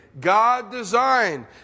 God-designed